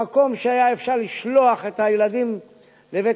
במקום שהיה אפשר לשלוח את הילדים לבתי-הספר,